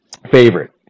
favorite